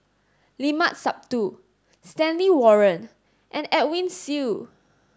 Limat Sabtu Stanley Warren and Edwin Siew